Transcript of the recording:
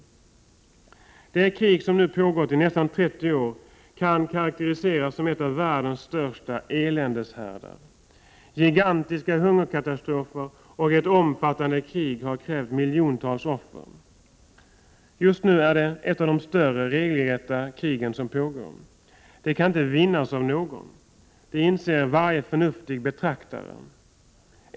Det krig som nu pågått i nästan 30 år kan karakteriseras som en av världens största eländeshärdar. Gigantiska hungerkatastrofer och ett omfattande krig har krävt miljontals offer. Just nu är detta ett av de större regelrätta krig som pågår. Det kan inte vinnas av någon. Det inser varje förnuftig betraktare.